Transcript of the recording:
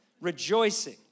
rejoicing